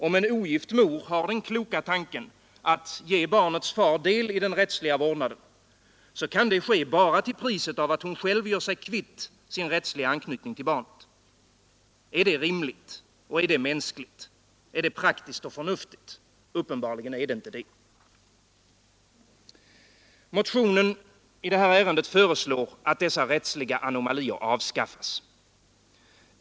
Om en ogift mor har den kloka tanken att ge barnets far del i den rättsliga vårdnaden, kan det ske bara till priset av att hon själv gör sig kvitt sin rättsliga anknytning till barnet. Är det rimligt? Är det mänskligt? Är det praktiskt och förnuftigt? Uppenbarligen inte. Motionen i det här ärendet föreslår att dessa rättsliga anomalier avskaffas.